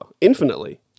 Infinitely